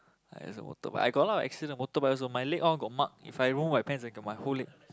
I also motorbike I got a lot of accident motorbike also my leg all got mark If I roll my pants i got my whole leg